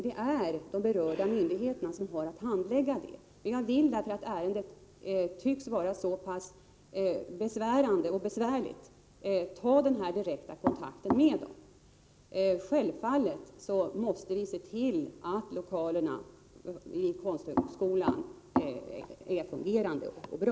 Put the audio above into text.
Det är de berörda myndigheterna som har att handlägga detta, men eftersom ärendet tycks vara så pass besvärande och besvärligt vill jag ta denna direkta kontakt med dem. Självfallet måste vi se till att lokalerna i Konsthögskolan är fungerande och bra.